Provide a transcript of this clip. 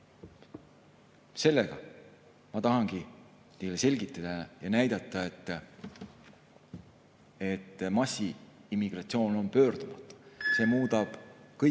Ma tahtsingi teile selgitada ja näidata, et massiimmigratsioon on pöördumatu, see muudab kõike,